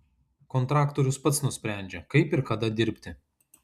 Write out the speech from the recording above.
kontraktorius pats nusprendžia kaip ir kada dirbti